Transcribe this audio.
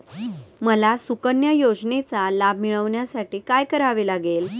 मला सुकन्या योजनेचा लाभ मिळवण्यासाठी काय करावे लागेल?